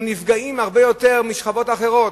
הם נפגעים הרבה יותר משכבות אחרות.